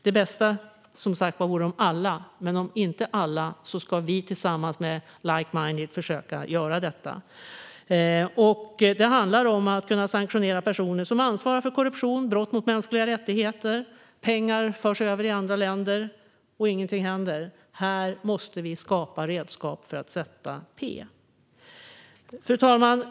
Det bästa vore som sagt om alla vore med, men om inte alla är med ska vi försöka göra detta tillsammans med like-minded. Det handlar om att kunna införa sanktioner mot personer som ansvarar för korruption och brott mot mänskliga rättigheter. Pengar förs över till andra länder och ingenting händer. Här måste vi skapa redskap för att sätta p. Fru talman!